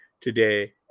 today